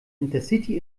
intercity